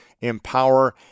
empower